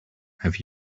have